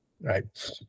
right